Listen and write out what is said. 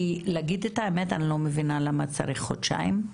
כי להגיד את האמת, אני לא מבינה למה צריך חודשיים,